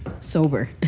sober